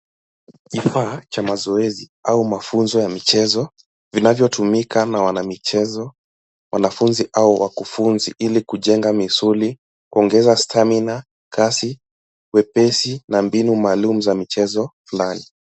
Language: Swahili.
Kifaa cha mazoezi au mafunzo ya michezo kinachotumika na wanamichezo, wanafunzi, au wakufunzi, ili kujenga misuli, kuongeza [sc]stamina , kasi, wepesi, na mbinu maalum za michezo mbali mbali